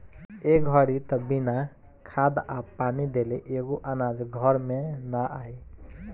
ए घड़ी त बिना खाद आ पानी देले एको अनाज घर में ना आई